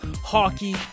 hockey